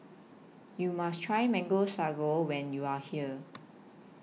YOU must Try Mango Sago when YOU Are here